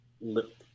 lip